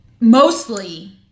mostly